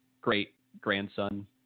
great-grandson